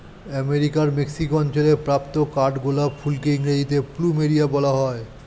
আমেরিকার মেক্সিকো অঞ্চলে প্রাপ্ত কাঠগোলাপ ফুলকে ইংরেজিতে প্লুমেরিয়া বলা হয়